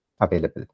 available